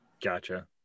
gotcha